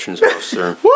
officer